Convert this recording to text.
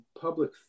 public